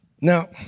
Now